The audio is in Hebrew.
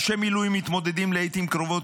אנשי מילואים מתמודדים לעיתים קרובות